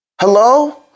Hello